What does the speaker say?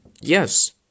Yes